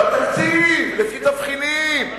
בתקציב, לפי תבחינים.